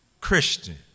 Christian